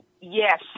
yes